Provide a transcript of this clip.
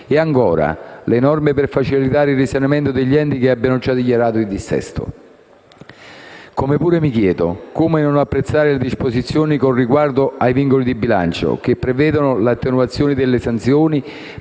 e, ancora, le norme per facilitare il risanamento degli enti che abbiano già dichiarato il dissesto. Allo stesso modo, mi chiedo come non apprezzare le disposizioni con riguardo ai vincoli di bilancio, che prevedono l'attenuazione delle sanzioni